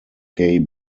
gay